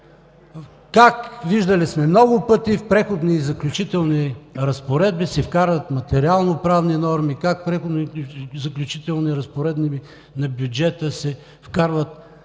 тях. Виждали сме много пъти как в Преходни и заключителни разпоредби се вкарват материално-правни норми, как в Преходни и заключителни разпоредби на бюджета се вкарват